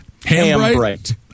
Hambright